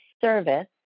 service